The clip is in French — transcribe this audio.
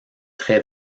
très